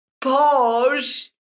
pause